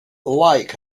like